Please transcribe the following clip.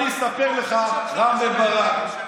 אני אספר לך, רם בן ברק,